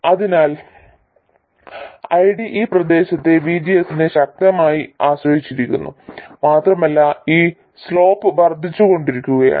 അതിനാൽ ID ഈ പ്രദേശത്തെ VGS നെ ശക്തമായി ആശ്രയിച്ചിരിക്കുന്നു മാത്രമല്ല ഈ സ്ലോപ് വർദ്ധിച്ചുകൊണ്ടിരിക്കുകയുമാണ്